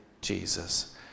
Jesus